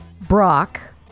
Brock